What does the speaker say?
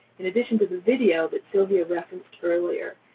in addition to the video that sylvia referenced earlier,